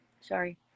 sorry